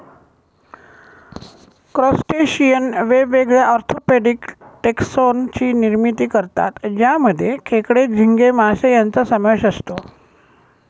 crustacean वेगवेगळ्या orthopedic taxon ची निर्मिती करतात ज्यामध्ये खेकडे, झिंगे, मासे यांचा समावेश असतो